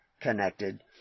connected